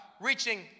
reaching